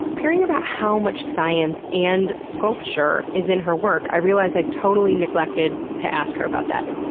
hearing about how much science and sculpture is in her work, i realized i totally neglected to ask her about that,